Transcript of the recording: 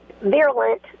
virulent